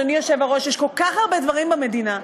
אדוני היושב-ראש, יש כל כך הרבה דברים במדינה.